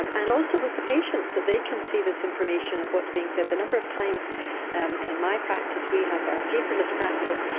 and and also with the patients, that they can see this information of what's being said. the number of times and in my practice, we have our paperless practice,